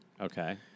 Okay